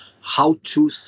how-to